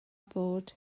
bod